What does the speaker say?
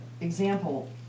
example